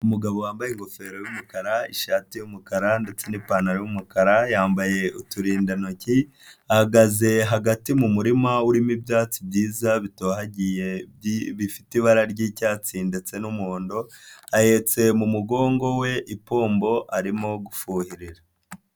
Umugabo wambaye ingofero y'umukara ishati y'umukara ndetse n'ipantaro y'umukara, yambaye uturindantoki ahagaze hagati mu murima urimo ibyatsi byiza bitohagiye, bifite ibara ry'icyatsi ndetse n'umuhondo, ahetse mu mugongo we ipombo arimo gufuhira.